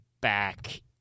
back